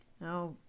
Now